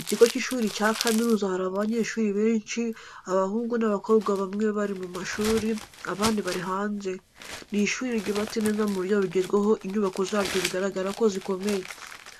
Ikigo cy'ishuri cya kaminuza hari abanyeshuri benshi abahungu n'abakobwa bamwe bari mu mashuri abandi bari hanze, ni ishuri ryubatse neza mu buryo bugezweho inyubako zaryo bigaragara ko zikomeye,